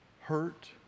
hurt